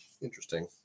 Interesting